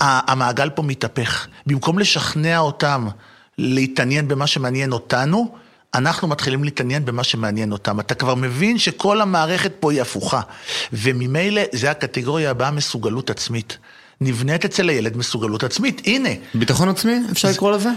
המעגל פה מתהפך. במקום לשכנע אותם להתעניין במה שמעניין אותנו, אנחנו מתחילים להתעניין במה שמעניין אותם. אתה כבר מבין שכל המערכת פה היא הפוכה. וממילא, זה הקטגוריה הבאה, מסוגלות עצמית. נבנית אצל הילד מסוגלות עצמית. הנה. ביטחון עצמי? אפשר לקרוא לזה?